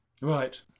right